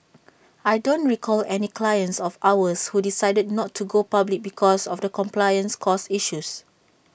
I don't recall any clients of ours who decided not to go public because of compliance costs issues